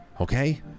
okay